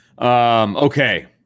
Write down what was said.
Okay